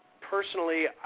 personally